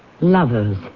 Lovers